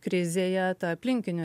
krizėje ta aplinkinių